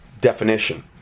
definition